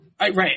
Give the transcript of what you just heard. Right